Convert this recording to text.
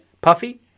Puffy